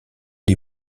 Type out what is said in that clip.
les